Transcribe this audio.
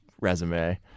resume